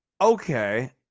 Okay